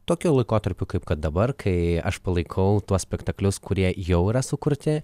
tokiu laikotarpiu kaip kad dabar kai aš palaikau tuos spektaklius kurie jau yra sukurti